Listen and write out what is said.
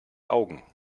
augen